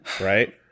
Right